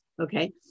okay